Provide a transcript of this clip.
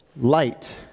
light